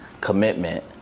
commitment